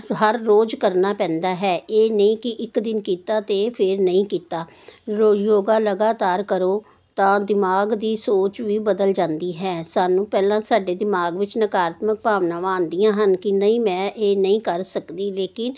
ਹਰ ਰੋਜ਼ ਕਰਨਾ ਪੈਂਦਾ ਹੈ ਇਹ ਨਹੀਂ ਕਿ ਇੱਕ ਦਿਨ ਕੀਤਾ ਅਤੇ ਫਿਰ ਨਹੀਂ ਕੀਤਾ ਯੋਗਾ ਲਗਾਤਾਰ ਕਰੋ ਤਾਂ ਦਿਮਾਗ ਦੀ ਸੋਚ ਵੀ ਬਦਲ ਜਾਂਦੀ ਹੈ ਸਾਨੂੰ ਪਹਿਲਾਂ ਸਾਡੇ ਦਿਮਾਗ ਵਿੱਚ ਨਕਾਰਾਤਮਕ ਭਾਵਨਾਵਾਂ ਆਉਂਦੀਆਂ ਹਨ ਕਿ ਨਹੀਂ ਮੈਂ ਇਹ ਨਹੀਂ ਕਰ ਸਕਦੀ ਲੇਕਿਨ